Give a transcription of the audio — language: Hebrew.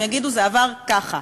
הם יגידו שזה עבר ככה,